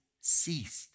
ceased